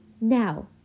now